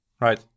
Right